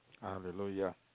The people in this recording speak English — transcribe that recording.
Hallelujah